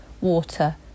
water